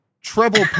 Treble